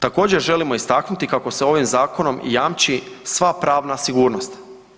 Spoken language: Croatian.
Također želimo istaknuti kako se ovim zakonom jamči sva pravna sigurnost.